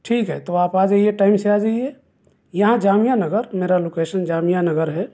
ٹھیک ہے تو آپ آ جائیے ٹائم سے آ جائیے یہاں جامعہ نگر میرا لوکیشن جامعہ نگر ہے